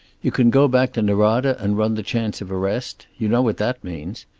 you can go back to norada and run the chance of arrest. you know what that means.